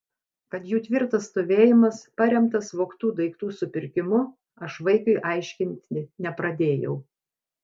kad jų tvirtas stovėjimas paremtas vogtų daiktų supirkimu aš vaikiui aiškinti nepradėjau